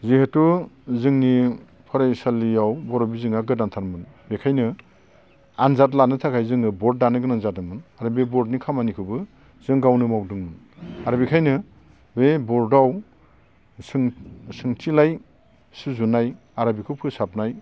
जिहेथु जोंनि फरायसालियाव बर'बिजोंआ गोदान थारमोन बेखायनो आनजाद लानो थाखाय जोङो बर्ड दानो गोनां जादोंमोन आरो बे बर्डनि खामानिखौबो जों गावनो मावदोंमोन आरो बेखायनो बे बर्डआव सोंथिलाय सुजुनाय आरो बेखौ फोसाबनाय